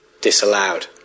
disallowed